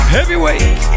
Heavyweight